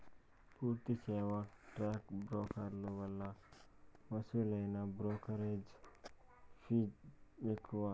పూర్తి సేవా స్టాక్ బ్రోకర్ల వల్ల వసూలయ్యే బ్రోకెరేజ్ ఫీజ్ ఎక్కువ